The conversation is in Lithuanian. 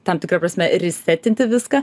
tam tikra prasme ristetinti viską